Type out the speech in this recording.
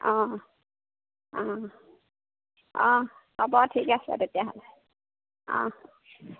অঁ অঁ অঁ হ'ব ঠিক আছে তেতিয়াহ'লে অঁ